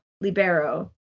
Libero